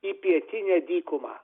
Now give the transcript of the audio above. į pietinę dykumą